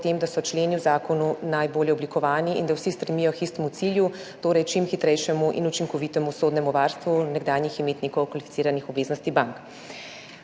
da so členi v zakonu najbolje oblikovani in da vsi stremijo k istemu cilju, torej k čim hitrejšemu in učinkovitemu sodnemu varstvu nekdanjih imetnikov kvalificiranih obveznosti bank.